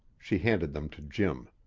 she handed them to jim.